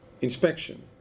inspection